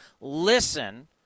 listen